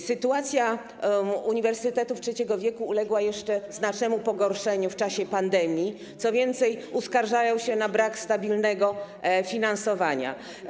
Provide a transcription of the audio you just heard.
Sytuacja uniwersytetów trzeciego wieku uległa jeszcze znacznemu pogorszeniu w czasie pandemii, co więcej, uskarżają się na brak stabilnego finansowania.